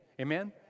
Amen